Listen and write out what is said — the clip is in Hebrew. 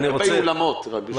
עם אולמות?